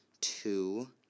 two